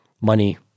money